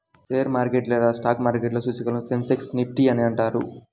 share market లేదా stock మార్కెట్లో సూచీలను సెన్సెక్స్, నిఫ్టీ అని అంటారు